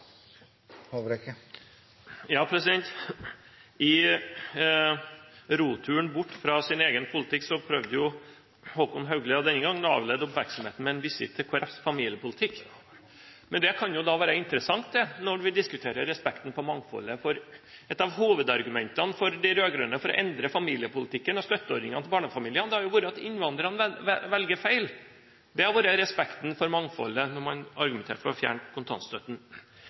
I roturen bort fra sin egen politikk prøvde jo Håkon Haugli denne gangen å avlede oppmerksomheten med en visitt til Kristelig Folkepartis familiepolitikk. Det kan jo være interessant når vi diskuterer respekten for mangfoldet, for et av hovedargumentene fra de rød-grønne for å endre familiepolitikken og støtteordningene til barnefamiliene har vært at innvandrerne velger feil. Det har vært respekten for mangfoldet når man har argumentert for å fjerne kontantstøtten.